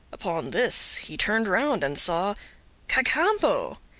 upon this he turned round and saw cacambo!